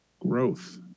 Growth